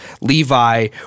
Levi